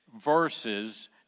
verses